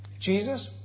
Jesus